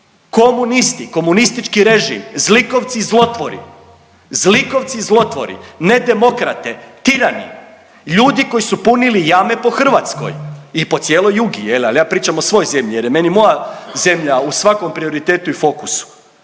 komunisti, komunistički režim, zlikovci i zlotvori, zlikovci i zlotvori, nedemokrate, tirani, ljudi koji su punili jame po Hrvatskoj i po cijeloj Jugi, ali ja pričam o svojoj zemlji jer je meni moja zemlja u svakom prioritetu i fokusu